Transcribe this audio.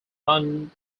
london